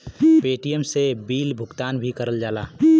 Paytm से bill भुगतान भी करल जाला